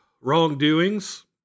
wrongdoings